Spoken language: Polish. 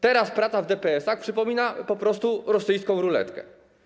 Teraz praca w DPS-ach przypomina po prostu rosyjską ruletkę.